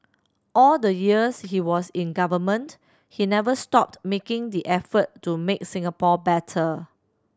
all the years he was in government he never stopped making the effort to make Singapore better